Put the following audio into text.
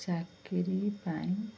ଚାକିରି ପାଇଁ